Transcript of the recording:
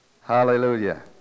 Hallelujah